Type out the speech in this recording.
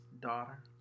daughter